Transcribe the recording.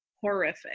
horrific